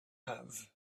have